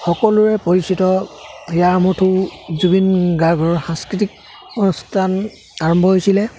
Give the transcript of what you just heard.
সকলোৰে পৰিচিত হিয়াৰ আমঠু জুবিন গাৰ্গৰ সাংস্কৃতিক অনুষ্ঠান আৰম্ভ হৈছিলে